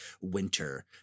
winter